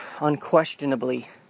unquestionably